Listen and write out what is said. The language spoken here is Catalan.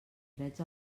drets